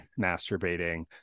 masturbating